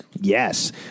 Yes